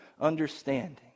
understanding